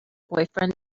boyfriend